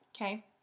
Okay